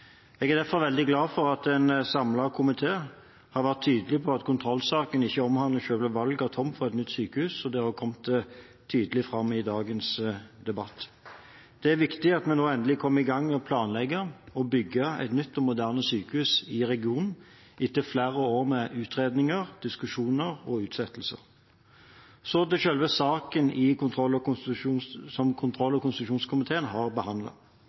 Jeg er derfor veldig glad for at en samlet komité har vært tydelig på at kontrollsaken ikke omhandler selve valget av tomten for et nytt sykehus. Det har kommet tydelig fram i dagens debatt. Det er viktig at vi nå endelig kommer i gang med å planlegge å bygge et nytt og moderne sykehus i regionen etter flere år med utredninger, diskusjoner og utsettelser. Så til selve saken som kontroll- og konstitusjonskomiteen har behandlet. Det har